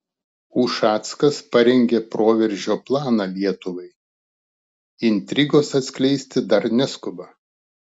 ušackas parengė proveržio planą lietuvai intrigos atskleisti dar neskuba